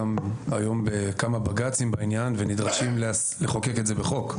והיום אנחנו בכמה בג"צים בעניין ונדרשים לחוקק את זה בחוק.